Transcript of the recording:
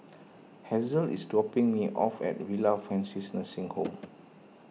Hazelle is dropping me off at Villa Francis Nursing Home